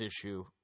issue